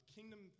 Kingdom